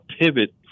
pivot